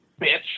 bitch